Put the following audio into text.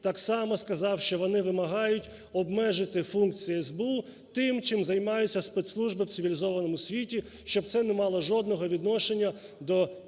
так само сказав, що вони вимагають обмежити функції СБУ, тим, чим займаються спецслужби в цивілізованому світі, щоб це не мало жодного відношення до